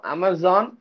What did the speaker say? Amazon